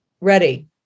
ready